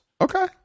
Okay